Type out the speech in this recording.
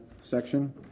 section